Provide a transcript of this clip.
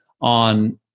on